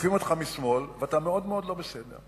ותוקפים אותך משמאל ואתה מאוד מאוד לא בסדר.